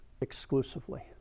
exclusively